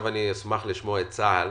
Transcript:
אני אשמח לשמוע את צה"ל